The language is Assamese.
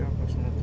তেওঁৰ প্ৰশ্নটো